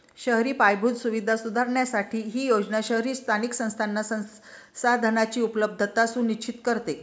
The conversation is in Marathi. शहरी पायाभूत सुविधा सुधारण्यासाठी ही योजना शहरी स्थानिक संस्थांना संसाधनांची उपलब्धता सुनिश्चित करते